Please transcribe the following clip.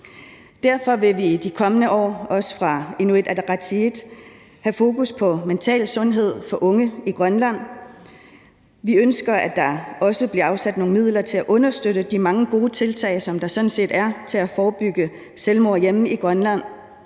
Derfor vil vi i de kommende år også fra Inuit Ataqatigiits side have fokus på mental sundhed for unge i Grønland. Vi ønsker, at der også bliver afsat nogle midler til at understøtte de mange gode tiltag, som der sådan set er, til at forebygge selvmord hjemme i Grønland,